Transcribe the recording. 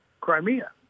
Crimea